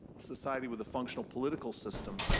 society with a functional political system,